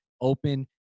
open